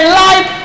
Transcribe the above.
life